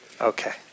Okay